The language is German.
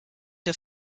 der